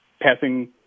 passing